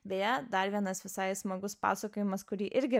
beje dar vienas visai smagus pasakojimas kurį irgi